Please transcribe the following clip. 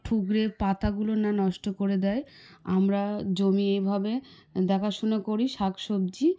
ঠুকরে পাতাগুলো না নষ্ট করে দেয় আমরা জমি এভাবে দেখাশুনো করি শাক সবজি